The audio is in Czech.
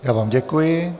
Já vám děkuji.